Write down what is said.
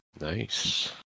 Nice